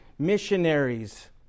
Missionaries